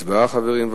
הצבעה, חברים.